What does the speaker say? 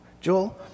Joel